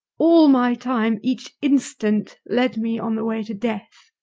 all my time, each instant led me on the way to death